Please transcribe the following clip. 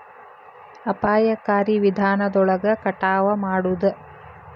ಅಪಾಯಕಾರಿ ವಿಧಾನದೊಳಗ ಕಟಾವ ಮಾಡುದ